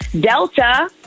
Delta